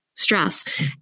stress